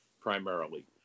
primarily